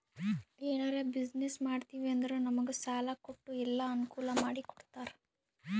ಎನಾರೇ ಬಿಸಿನ್ನೆಸ್ ಮಾಡ್ತಿವಿ ಅಂದುರ್ ನಮುಗ್ ಸಾಲಾ ಕೊಟ್ಟು ಎಲ್ಲಾ ಅನ್ಕೂಲ್ ಮಾಡಿ ಕೊಡ್ತಾರ್